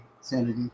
sanity